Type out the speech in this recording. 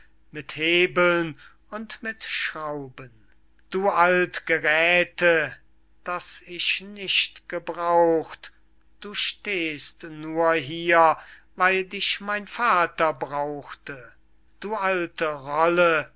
mit hebeln und mit schrauben du alt geräthe das ich nicht gebraucht du stehst nur hier weil dich mein vater brauchte du alte